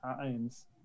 times